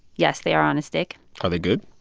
yes, they are on a stick are they good?